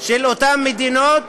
של אותן מדינות,